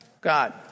God